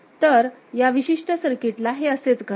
तर या विशिष्ट सर्किटला हे असेच घडते